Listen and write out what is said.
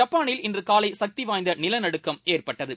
ஜப்பானில் இன்றுகாலைசக்திவாய்ந்தநிலநடுக்கம் ஏற்பட்டது